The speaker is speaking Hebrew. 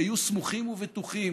והיו סמוכים ובטוחים